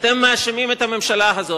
אתם מאשימים את הממשלה הזאת,